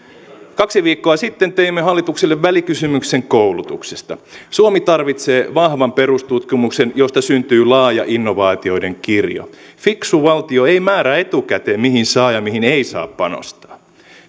kaksi viikkoa sitten teimme hallitukselle välikysymyksen koulutuksesta suomi tarvitsee vahvan perustutkimuksen josta syntyy laaja innovaatioiden kirjo fiksu valtio ei määrää etukäteen mihin saa ja mihin ei saa panostaa